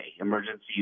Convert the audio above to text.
Emergency